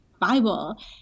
bible